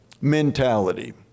mentality